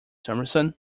summerson